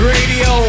Radio